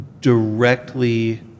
directly